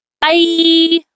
Bye